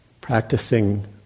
practicing